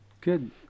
Good